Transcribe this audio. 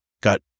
got